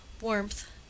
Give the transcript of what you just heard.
Warmth